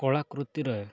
କଳାକୃତିରେ